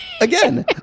Again